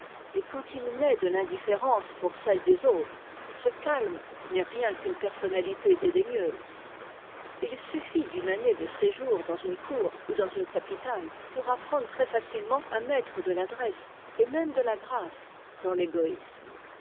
mais quand il naît de l'indifférence pour celles des autres ce j calme n'est rien qu'une personnalité dédaigneuse j il suffit d'une année de séjour dans une cour ou dans une capitale pour apprendre très facilement à mettre de t'adresse et même de la grâce dans t'égoisme